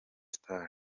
star